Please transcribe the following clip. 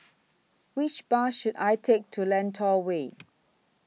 Which Bus should I Take to Lentor Way